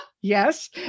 yes